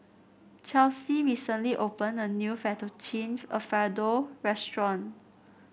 Chelsy recently opened a new Fettuccine Alfredo Restaurant